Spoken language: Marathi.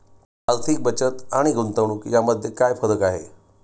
आर्थिक बचत आणि गुंतवणूक यामध्ये काय फरक आहे?